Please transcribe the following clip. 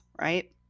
right